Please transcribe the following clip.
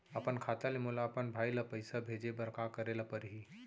अपन खाता ले मोला अपन भाई ल पइसा भेजे बर का करे ल परही?